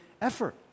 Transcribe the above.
effort